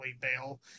bail